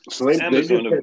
Amazon